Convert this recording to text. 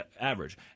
average